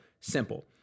simple